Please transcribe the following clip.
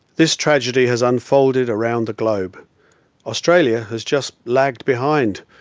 this tragedy has unfolded around the globe australia has just lagged behind,